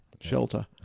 Shelter